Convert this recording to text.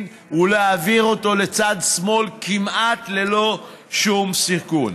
ולהעביר אותו לצד שמאל כמעט ללא שום סיכון.